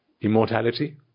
immortality